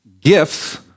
gifts